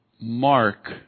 mark